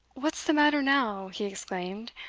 what's the matter now? he exclaimed,